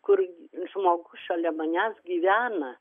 kur žmogus šalia manęs gyvena